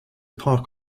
park